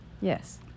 Yes